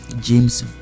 james